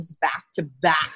back-to-back